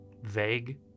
vague